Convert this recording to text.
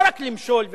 לא רק למשול ולדכא,